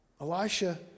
Elisha